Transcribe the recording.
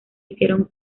hicieron